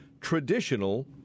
traditional